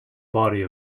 body